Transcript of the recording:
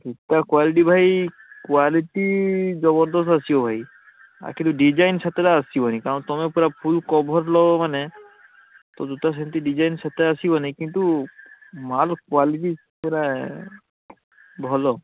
ଜୁତା କ୍ୱାଲିଟି ଭାଇ କ୍ୱାଲିଟି ଜବରଦସ୍ତ ଆସିବ ଭାଇ ଆ କିନ୍ତୁ ଡିଜାଇନ୍ ସେତେଟା ଆସିବନି କାରଣ ତମେ ପୁରା ଫୁଲ୍ କଭର୍ ଲବ ମାନେ ତ ଜୁତା ସେମିତି ଡିଜାଇନ୍ ସେତେ ଆସିବନି କିନ୍ତୁ ମାଲ କ୍ୱାଲିଟି ପୁରା ଭଲ